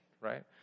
right